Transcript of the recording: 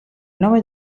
nome